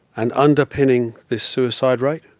and underpinning this suicide rate,